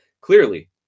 Clearly